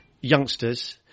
youngsters